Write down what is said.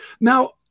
Now